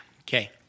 Okay